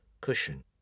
cushion